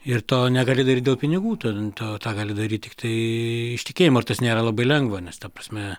ir to negali daryt dėl pinigų ten tą tą gali daryti tiktai iš tikėjimo ir tas nėra labai lengva nes ta prasme